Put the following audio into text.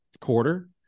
quarter